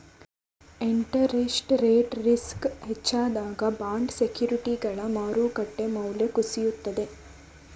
interest rate risk ಹೆಚ್ಚಾದಾಗ bond ಸೆಕ್ಯೂರಿಟಿಗಳ ಮಾರುಕಟ್ಟೆ ಮೌಲ್ಯ ಕುಸಿಯುತ್ತದೆ